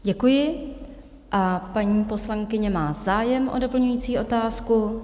Děkuji a paní poslankyně má zájem o doplňující otázku.